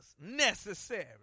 necessary